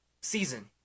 season